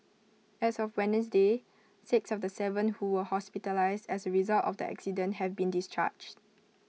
as of Wednesday six of the Seven who were hospitalised as A result of the accident have been discharged